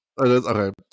Okay